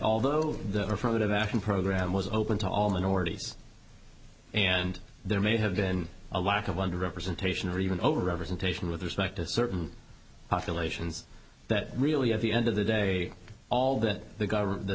although the affirmative action program was open to all minorities and there may have been a lack of under representation or even over representation with respect to certain populations that really at the end of the day all that the g